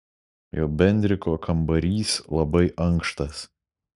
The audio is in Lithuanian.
jo bendriko kambarys labai ankštas